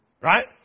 Right